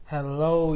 Hello